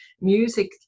Music